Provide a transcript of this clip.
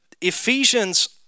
Ephesians